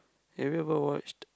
have you ever watched